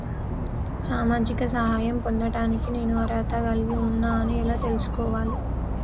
సామాజిక సహాయం పొందడానికి నేను అర్హత కలిగి ఉన్న అని ఎలా తెలుసుకోవాలి?